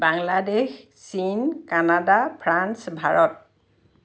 বাংলাদেশ চীন Canada France Bharat